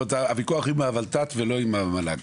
הוויכוח הוא עם הולת"ת ולא עם המל"ג,